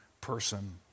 person